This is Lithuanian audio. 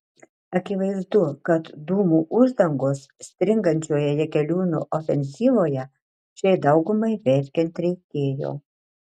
akivaizdu kad dūmų uždangos stringančioje jakeliūno ofenzyvoje šiai daugumai verkiant reikėjo